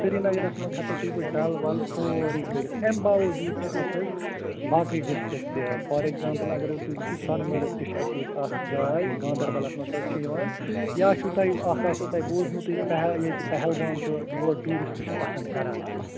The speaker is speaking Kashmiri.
سرینگرس منٛز ہیٚکو تُہۍ بہٕ ڈل ول سورے کرتھ اَمہِ باوجوٗد چھِ اسہِ حظ باقی ڈِسٹِرٛکٹ تہِ فار ایٚگزامپٕل اگر حظ تُہۍ وچھو سۄنہٕ مرگ تہِ چھِ اسہِ ییٚتہِ اکھ جاے گانٛدربلس منٛز حظ چھِ یِوان یا چھُو تۄہہِ اکھ آسوٕ تۄہہِ بوٗزمُتٕے پہل ییٚتہِ پہلگام چھُ یور ٹیٛوٗرِسٹہٕ چھِ پسنٛد کران تہِ یُن